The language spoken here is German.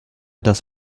das